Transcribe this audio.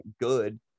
good